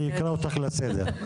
אני אקרא אותך לסדר.